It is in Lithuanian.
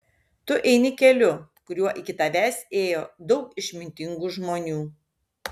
tu eini keliu kuriuo iki tavęs ėjo daug išmintingų žmonių